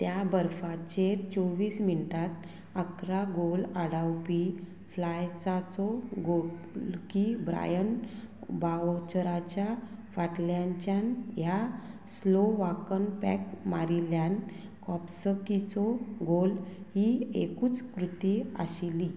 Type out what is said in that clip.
त्या बर्फाचेर चोवीस मिनटांत आकरा गोल आडावपी फ्लायसाचो गोलकी ब्रायन बावचराच्या फाटल्यानच्यान ह्या स्लो वाकन पॅक मारिल्ल्यान कोप्सकीचो गोल ही एकूच कृती आशिल्ली